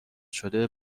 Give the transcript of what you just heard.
شده